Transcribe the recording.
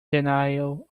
denial